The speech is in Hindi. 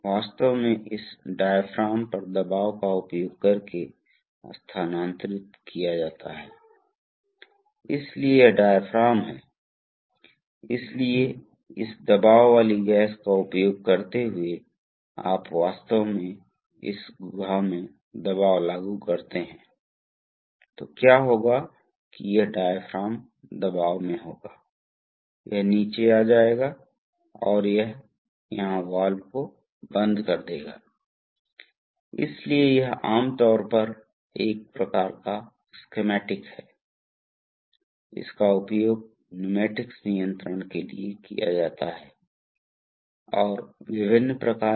तो सिलेंडर आमतौर पर दो प्रकार के होते हैं एक प्रकार को एकल एक्टिंग कहा जाता है दूसरे प्रकार को दोहरा एक्टिंग कहा जाता है इसलिए एकल एक्टिंग का अर्थ है बल द्वारा यह केवल एक दिशा में चलता है फिर यह फिर यह आम तौर पर गुरुत्वाकर्षण द्वारा वापस आता है या स्प्रिंग बल आदि द्वारा जबकि डबल एक्टिंग का अर्थ है कि बल द्वारा इसे दोनों दिशाओं में स्थानांतरित किया जा सकता है इसलिए एकल एक्टिंग के लिए आम तौर पर रिटर्न स्ट्रोक लोड नहीं होता है जबकि आगे स्ट्रोक लोड होता है जबकि डबल एक्टिंग के लिए दोनों स्ट्रोक लोड किया जा सकता है यह बहुत ही सरल है